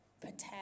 protect